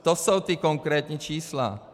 To jsou ta konkrétní čísla.